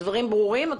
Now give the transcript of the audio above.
הדברים ברורים?